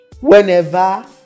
Whenever